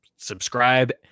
Subscribe